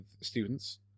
students